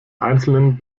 einzelnen